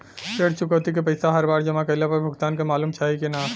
ऋण चुकौती के पैसा हर बार जमा कईला पर भुगतान के मालूम चाही की ना?